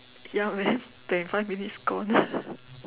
ya man twenty five minutes gone